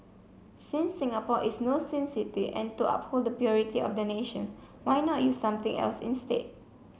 since Singapore is no sin city and to uphold the purity of the nation why not use something else instead